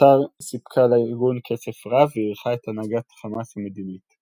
וקטאר סיפקה לארגון כסף רב ואירחה את הנהגת חמאס המדינית.